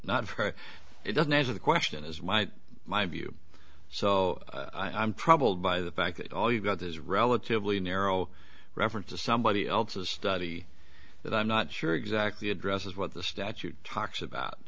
pro it doesn't answer the question is why my view so i'm probably by the fact that all you've got is relatively narrow reference to somebody else's study that i'm not sure exactly addresses what the statute talks about